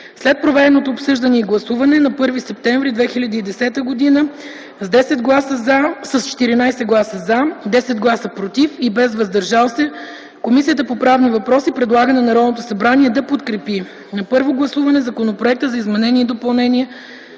След проведеното обсъждане и гласуване на 1 септември 2010 г., с 14 гласа „за”, 10 гласа „против” и без „въздържал се”, Комисията по правни въпроси предлага на Народното събрание да подкрепи на първо гласуване Законопроект за изменение и допълнение